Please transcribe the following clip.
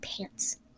pants